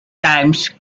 times